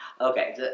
Okay